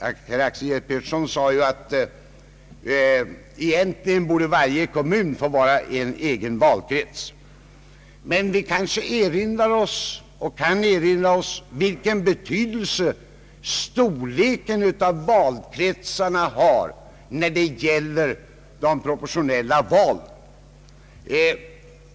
Herr Axel Georg Pettersson ansåg att varje kommun egentligen borde vara en egen valkrets. Men vi kan erinra oss vilken betydelse storleken av valkretsarna har när det gäller de proportionella valen.